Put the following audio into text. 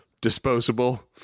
disposable